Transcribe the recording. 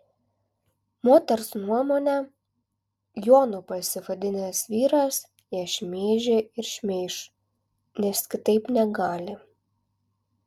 moters nuomone jonu pasivadinęs vyras ją šmeižė ir šmeiš nes kitaip negali